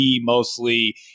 mostly